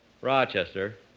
Rochester